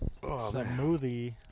Smoothie